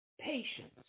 patience